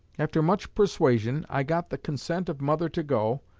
after much persuasion, i got the consent of mother to go,